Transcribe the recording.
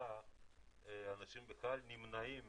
שלאחרונה אנשים בכלל נמנעים מלהיבדק.